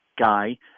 guy